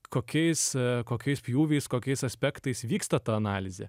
kokiais kokiais pjūviais kokiais aspektais vyksta ta analizė